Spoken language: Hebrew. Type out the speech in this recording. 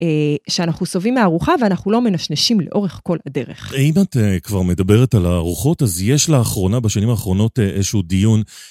שאנחנו שומעים מהארוחה ואנחנו לא מנשנשים לאורך כל הדרך. אם את כבר מדברת על הארוחות, אז יש לאחרונה, בשנים האחרונות, איזשהו דיון.